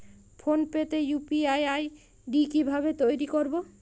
Phone pay তে UPI ID কি ভাবে তৈরি করবো?